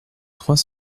trois